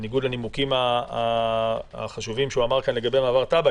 בניגוד לנימוקים החשובים שהוא אמר כאן לגבי מעבר טאבה,